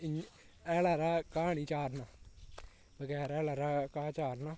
हेलै आह्ला घाऽ निं चारना बगैर हैल आह्ला घाऽ चारना